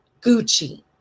Gucci